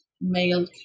male